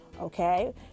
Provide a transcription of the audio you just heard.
Okay